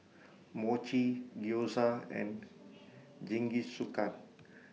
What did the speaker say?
Mochi Gyoza and Jingisukan